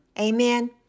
Amen